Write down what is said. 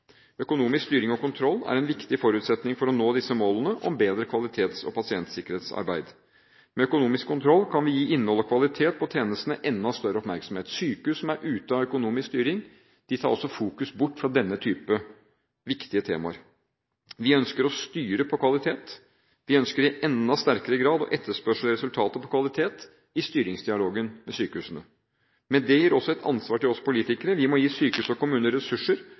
Økonomisk styring og kontroll er en viktig forutsetning for å nå disse målene om bedre kvalitets- og pasientsikkerhetsarbeid. Med økonomisk kontroll kan vi gi innhold og kvalitet på tjenestene enda større oppmerksomhet. Sykehus som er ute av økonomisk styring, tar også fokus bort fra denne typen viktige temaer. Vi ønsker å styre på kvalitet. Vi ønsker i enda sterkere grad å etterspørre resultater på kvalitet i styringsdialogen med sykehusene. Men det gir også et ansvar til oss politikere: Vi må gi sykehus og kommuner ressurser